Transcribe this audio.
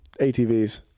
ATVs